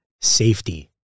safety